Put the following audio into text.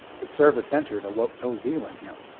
the service entered awoke no zeal in him.